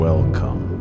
Welcome